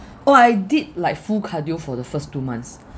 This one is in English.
well I did like full cardio for the first two months